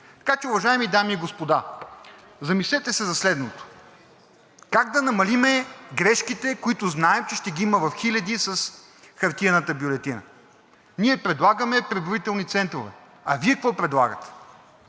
Така че, уважаеми дами и господа, замислете се за следното –как да намалим грешките, които знаем, че ще ги има в хиляди с хартиената бюлетина? Ние предлагаме преброителни центрове. А Вие какво предлагате?